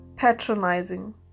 Patronizing